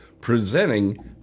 presenting